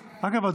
אגב,